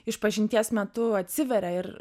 išpažinties metu atsiveria ir